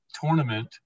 tournament